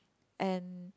and